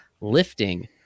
lifting